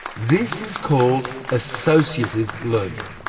this is called associative learning.